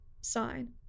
sign